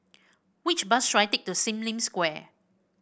which bus should I take to Sim Lim Square